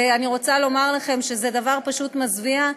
ואני רוצה לומר לכם שזה דבר פשוט מזוויע.